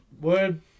word